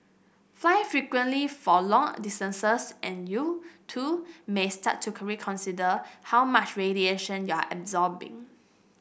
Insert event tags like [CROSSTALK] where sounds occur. fly frequently for long distances and you too may start to [UNINTELLIGIBLE] consider how much radiation you're absorbing